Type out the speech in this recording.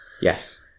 Yes